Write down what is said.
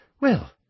Well